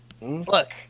Look